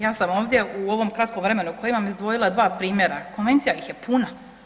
Ja sam ovdje u ovom kratkom vremenu koje imam, izdvojila 2 primjera, Konvencija ih je puna.